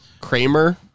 kramer